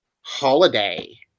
holiday